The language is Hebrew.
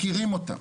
מכירים אותם.